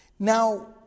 Now